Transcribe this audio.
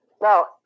Now